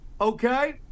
okay